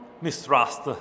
mistrust